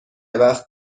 وقت